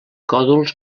còdols